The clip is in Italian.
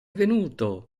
venuto